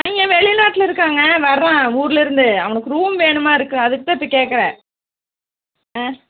பையன் வெளிநாட்டில் இருக்காங்க வரான் ஊர்லேயிருந்து அவனுக்கு ரூம் வேணுமாக இருக்கும் அதுக்குத்தான் இப்போ கேட்குறேன் ம்